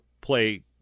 play